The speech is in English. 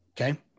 Okay